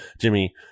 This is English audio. Jimmy